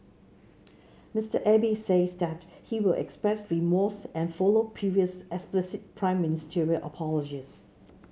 Mister Abe says that he will express remorse and follow previous explicit Prime Ministerial apologies